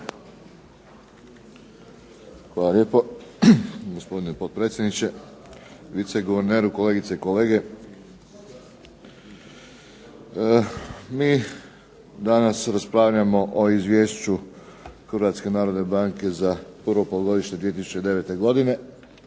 Hvala lijepo. Gospodine potpredsjedniče, viceguverneru, kolegice i kolege. Mi danas raspravljamo o Izvješću Hrvatske narodne banke za prvo polugodište 2009. godine